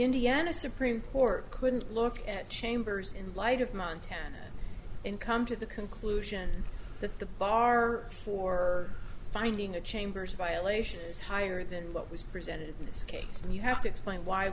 indiana supreme court couldn't look at chambers in light of nine ten and come to the conclusion that the bar for finding the chambers violations higher than what was presented you have to explain why